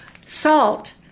salt